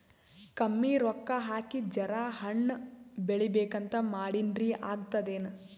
ಕಮ್ಮಿ ರೊಕ್ಕ ಹಾಕಿ ಜರಾ ಹಣ್ ಬೆಳಿಬೇಕಂತ ಮಾಡಿನ್ರಿ, ಆಗ್ತದೇನ?